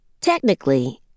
Technically